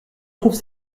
trouve